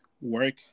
work